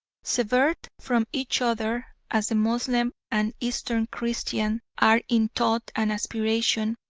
severed from each other as the moslem and eastern christian are in thought and aspiration,